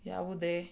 ಯಾವುದೇ